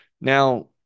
Now